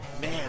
man